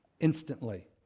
instantly